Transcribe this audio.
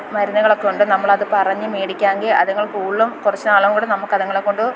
മരുന്നുകളൊക്കെ ഉണ്ട് നമ്മളത് പറഞ്ഞു മേടിക്കാമെങ്കിൽ അതുങ്ങൾ കൂടുതലും കുറച്ചു നാളും കൂടി നമുക്ക് അതുങ്ങളെ കൊണ്ട്